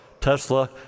Tesla